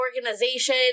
organization